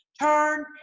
turn